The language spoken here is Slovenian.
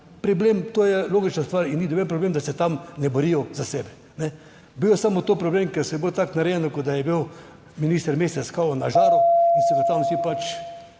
To je logična stvar, in ni noben problem, da se tam ne borijo za sebe. Bil je samo to problem, ker je bilo tako narejeno, kot da je bil minister mesec "kao" na žaru / opozorilni znak